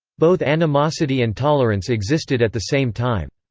both animosity and tolerance existed at the same time.